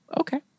okay